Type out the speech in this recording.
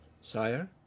Sire